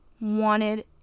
wanted